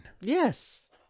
Yes